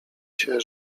się